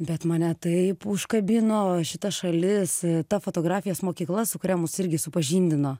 bet mane taip užkabino šita šalis ta fotografijos mokykla su kuria mus irgi supažindino